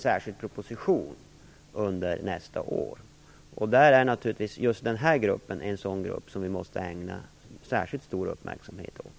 Just den här gruppen är naturligtvis en kategori som vi måste ägna särskilt stor uppmärksamhet åt.